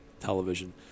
television